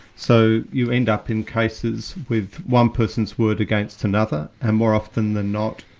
so you end up in cases with one person's word against another, and more often than not,